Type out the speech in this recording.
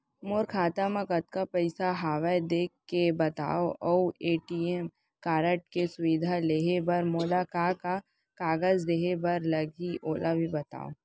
मोर खाता मा कतका पइसा हवये देख के बतावव अऊ ए.टी.एम कारड के सुविधा लेहे बर मोला का का कागज देहे बर लागही ओला बतावव?